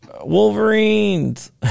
Wolverines